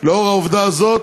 לאור העובדה הזאת,